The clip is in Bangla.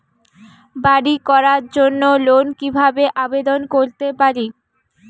বাড়ি করার জন্য লোন কিভাবে আবেদন করতে পারি?